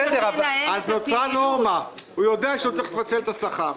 אז נוצרה נורמה: הוא יודע שהוא צריך לפצל את השכר.